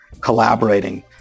collaborating